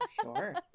Sure